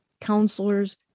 counselors